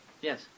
Yes